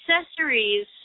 accessories